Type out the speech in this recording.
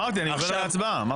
אמרתי, אני עובר להצבעה.